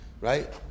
Right